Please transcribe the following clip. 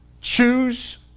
Choose